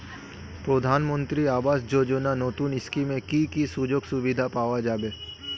প্রধানমন্ত্রী আবাস যোজনা নতুন স্কিমে কি কি সুযোগ সুবিধা পাওয়া যাবে?